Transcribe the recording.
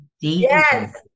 Yes